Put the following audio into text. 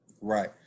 Right